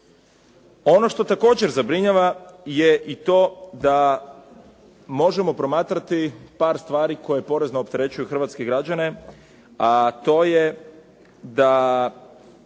Ono što također zabrinjava je i to da možemo promatrati par stvari koje dodatno opterećuju Hrvatske građane, a to je da